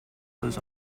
was